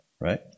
right